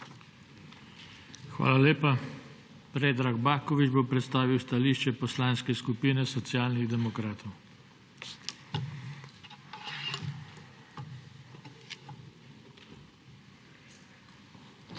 Hvala lepa. Predrag Baković bo predstavil stališče Poslanske skupine Socialnih demokratov.